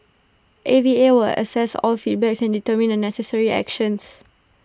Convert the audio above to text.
A V A will assess all feedback and determine the necessary actions